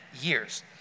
years